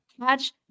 Catch